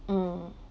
mm